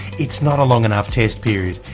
its not a long enough test period,